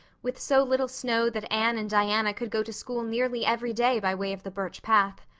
with so little snow that anne and diana could go to school nearly every day by way of the birch path.